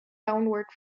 downward